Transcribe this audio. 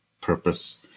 purpose